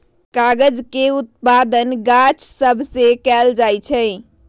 कागज के उत्पादन गाछ सभ से कएल जाइ छइ